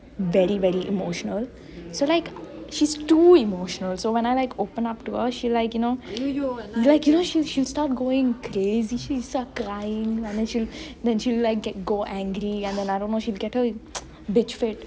very very emotional so like she's too emotional so when I like open up to her she'll like you know she'll like you know start going crazy she'll start crying and then she'll like go angry and then I don't know get her bitch fit